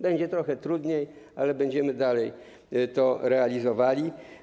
Będzie trochę trudniej, ale będziemy dalej to realizowali.